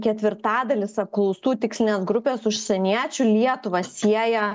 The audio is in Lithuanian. ketvirtadalis apklaustų tikslinės grupės užsieniečių lietuvą sieja